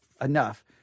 enough